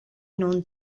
non